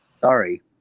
sorry